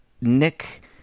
Nick